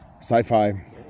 sci-fi